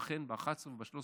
ואכן, ב-11 וב-13